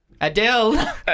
Adele